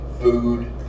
food